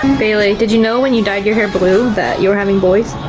and bailey, did you know when you died your hair blue that you were having boys?